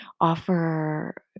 offer